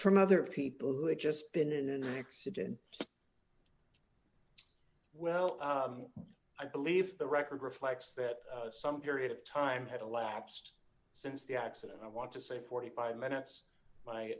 from other people who had just been in an accident well i believe the record reflects that some period of time has elapsed since the accident i want to say forty five minutes my